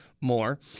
more